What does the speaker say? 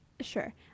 Sure